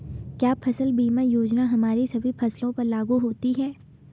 क्या फसल बीमा योजना हमारी सभी फसलों पर लागू होती हैं?